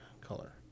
color